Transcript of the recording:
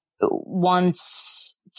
wants